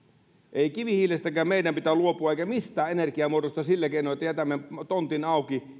ei kivihiilestäkään meidän pidä luopua eikä mistään energiamuodosta sillä keinoin että jätämme tontin auki